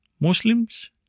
Muslims